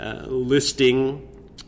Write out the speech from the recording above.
listing